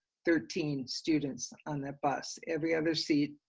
thirteen students on that bus. every other seat,